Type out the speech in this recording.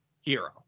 Hero